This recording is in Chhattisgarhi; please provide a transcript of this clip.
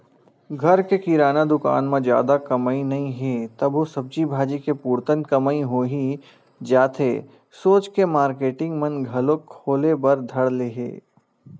घर के किराना दुकान म जादा कमई नइ हे तभो सब्जी भाजी के पुरतन कमई होही जाथे सोच के मारकेटिंग मन घलोक खोले बर धर ले हे